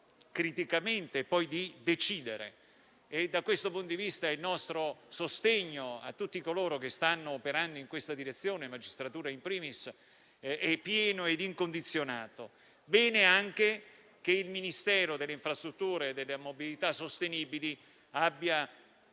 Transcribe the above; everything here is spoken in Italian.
criticamente e poi di decidere. Da questo punto di vista, il nostro sostegno a tutti coloro che stanno operando in questa direzione - magistratura *in primis* - è pieno ed incondizionato. Bene anche che il Ministero delle infrastrutture e della mobilità sostenibili abbia